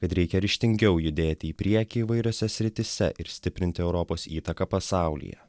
kad reikia ryžtingiau judėti į priekį įvairiose srityse ir stiprinti europos įtaką pasaulyje